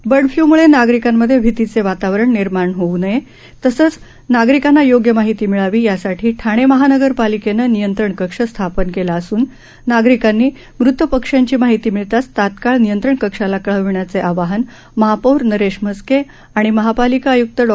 bird फ्लूमुळे नागरिकांमध्ये भीतीचे वातावरण निर्माण होवू नये तसेच नागरिकांना योग्य माहिती मिळावी यासाठी ठाणे महानगरपालिकेनं नियंत्रण कक्ष स्थापन केला असून नागरिकांनी मृत पक्ष्यांची माहिती मिळताच तात्काळ नियंत्रंण कक्षाला कळविण्याचं आवाहन महापौर नरेश म्हस्के आणि महापालिका आय्क्त डॉ